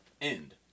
end